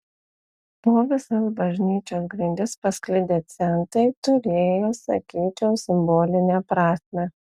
po visas bažnyčios grindis pasklidę centai turėjo sakyčiau simbolinę prasmę